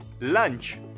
lunch